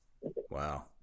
wow